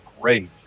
great